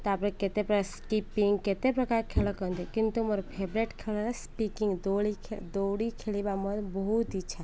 ତାପରେ କେତେ ପ୍ର ସ୍କିପିଂ କେତେ ପ୍ରକାର ଖେଳ କରନ୍ତି କିନ୍ତୁ ମୋର ଫେଭରୋଇଟ୍ ଖେଳରେ ସ୍କିପିଂ ଦୋଳି ଦୌଡ଼ି ଖେଳିବା ମୋର ବହୁତ ଇଚ୍ଛା